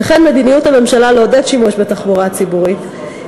וכן מדיניות הממשלה לעודד שימוש בתחבורה הציבורית,